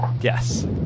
Yes